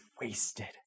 wasted